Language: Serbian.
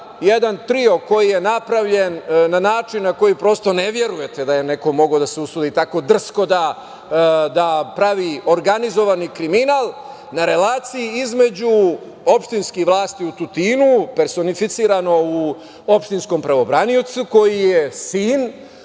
jedan trio koji je napravljen na način na koji prosto ne verujete da je neko mogao da se usudi tako drsko da pravi organizovani kriminal na relaciji između opštinskih vlasti u Tutinu, personificirano u opštinskom pravobraniocu koji je sin,